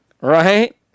Right